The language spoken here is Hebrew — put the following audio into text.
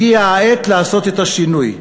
הגיע העת לעשות את השינוי.